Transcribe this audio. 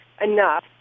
enough